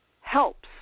helps